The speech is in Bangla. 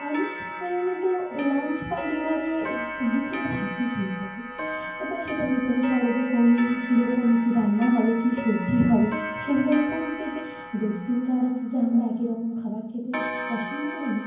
আমি সাধারণত লাঞ্চ বা ডিনারে দুপুরে ভাতই খেয়ে থাকি এবার সেটা ডিপেণ্ড করে যে কোনদিন কীরকম কী রান্না হবে কী সবজি হবে সেগুলোর ওপর হচ্ছে যে রোজ দিন তো আর হচ্ছে যে আমরা একই রকম খাবার খেতে পছন্দ করি না